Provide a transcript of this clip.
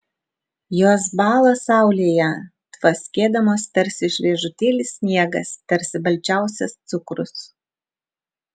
jos bąla saulėje tvaskėdamos tarsi šviežutėlis sniegas tarsi balčiausias cukrus